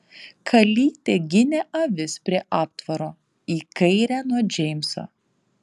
kalytė ginė avis prie aptvaro į kairę nuo džeimso